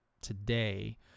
today